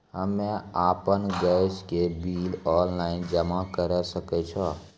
हम्मे आपन गैस के बिल ऑनलाइन जमा करै सकै छौ?